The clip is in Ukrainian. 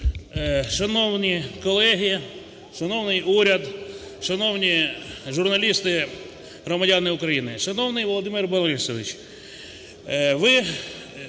Шановні колеги! Шановний уряд! Шановні журналісти, громадяни України! Шановний Володимир Борисович,